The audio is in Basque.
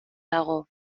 dago